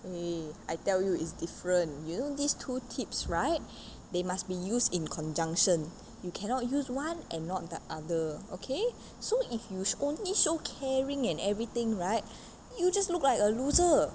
!oi! I tell you is different you know these two tips right they must be used in conjunction you cannot use one and not the other okay so if you only show caring and everything right you just look like a loser